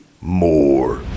more